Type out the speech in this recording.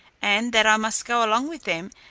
and that i must go along with them,